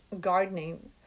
gardening